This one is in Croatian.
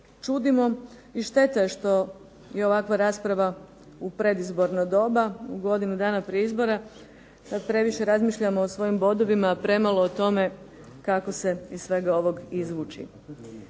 čudimo, i šteta je što i ovakva rasprava u predizborno doba u godinu dana prije izbora, kad previše razmišljamo o svojim bodovima, a premalo o tome kako se iz svega ovog izvući.